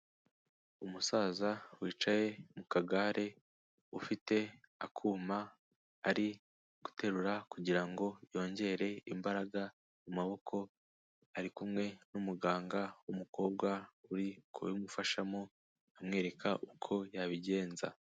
Umusaza wicaye mu kagare ufite akuma ari guterura kugirango yongere imbaraga mu maboko, ari kumwe n'umuganga w'umukobwa uri kubimufashamo amwereka uko yabigenza.